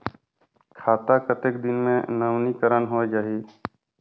खाता कतेक दिन मे नवीनीकरण होए जाहि??